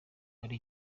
hari